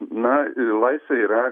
na laisvė yra